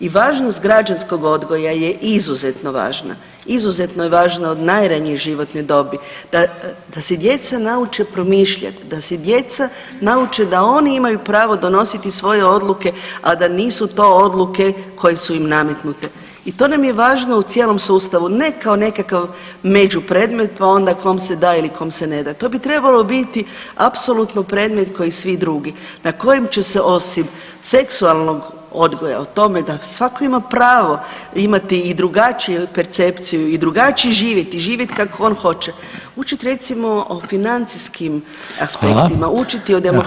I važnost građanskog odgoja je izuzetno važna, izuzetno je važna od najranije životne dobi da se djeca nauče promišljat, da se djeca nauče da oni imaju pravo donositi svoje odluke, a da nisu to odluke koje su im nametnute i to nam je važno u cijelom sustavu, ne kao nekakav međupredmet pa onda kom se da ili kom se ne da, to bi trebalo biti apsolutno predmet kao i svi drugi na kojem će se osim seksualnog odgoja o tome da svako ima pravo imati i drugačiju percepciju i drugačije živjeti, živjeti kako on hoće učit recimo o financijskim aspektima [[Upadica Reiner: Hvala.]] učiti o demokraciji i o niz drugih stvari.